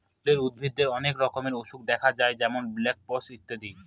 ফুলের উদ্ভিদে অনেক রকমের অসুখ দেখা যায় যেমন ব্ল্যাক স্পট ইত্যাদি